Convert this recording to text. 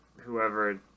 whoever